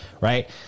right